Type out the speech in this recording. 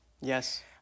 Yes